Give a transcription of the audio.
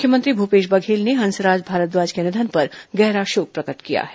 मुख्यमंत्री भूपेश बघेल ने हंसराज भारद्वाज के निधन पर गहरा शोक प्रकट किया है